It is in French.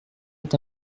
est